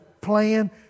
plan